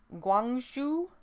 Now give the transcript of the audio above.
Guangzhou